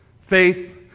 faith